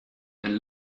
and